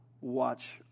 watch